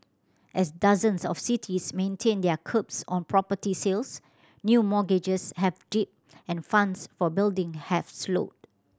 as dozens of cities maintain their curbs on property sales new mortgages have dipped and funds for building have slowed